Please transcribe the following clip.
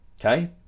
okay